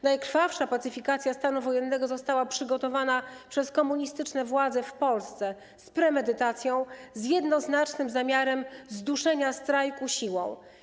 Najkrwawsza pacyfikacja stanu wojennego została przygotowana przez komunistyczne władze w Polsce z premedytacją, z jednoznacznym zamiarem zduszenia strajku siłą.